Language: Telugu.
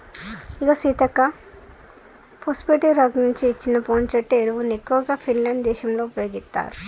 ఇగో సీతక్క పోస్ఫేటే రాక్ నుంచి అచ్చిన ఫోస్పటే ఎరువును ఎక్కువగా ఫిన్లాండ్ దేశంలో ఉపయోగిత్తారు